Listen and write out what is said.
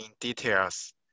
details